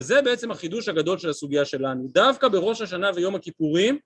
וזה בעצם החידוש הגדול של הסוגיה שלנו, דווקא בראש השנה ויום הכיפורים